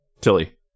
tilly